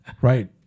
Right